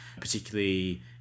particularly